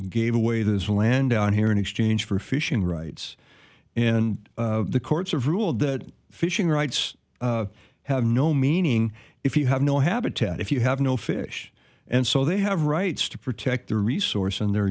gave away this land down here in exchange for fishing rights and the courts have ruled that fishing rights have no meaning if you have no habitat if you have no fish and so they have rights to protect their resource and they're